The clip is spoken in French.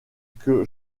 que